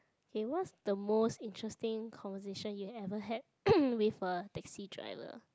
eh what's the most interesting conversation you ever had with a taxi driver